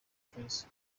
fayzo